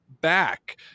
back